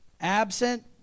Absent